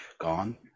gone